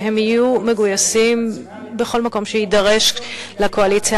והם יהיו מגויסים בכל מקום שיידרשו לקואליציה